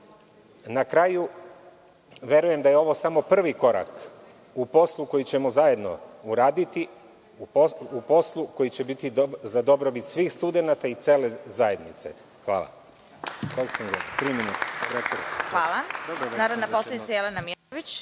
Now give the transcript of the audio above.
kraju, verujem da je ovo samo prvi korak u poslu koji ćemo zajedno uraditi, u poslu koji će biti za dobrobit svih studenata i cele zajednice. Hvala. **Vesna Kovač** Hvala. Narodna poslanica Jelena Mijatović.